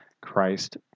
Christ